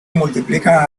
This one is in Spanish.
multiplican